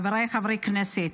חבריי חברי הכנסת,